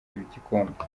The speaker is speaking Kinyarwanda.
igikombe